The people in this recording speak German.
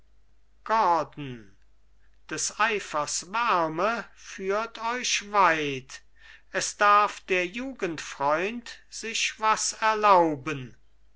gordon des eifers wärme führt euch weit es darf der jugendfreund sich was erlauben